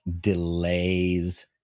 delays